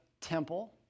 temple